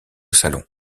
salon